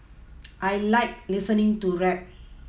I like listening to rap